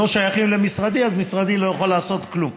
לא שייכים למשרדי, אז משרדי לא יכול לעשות כלום.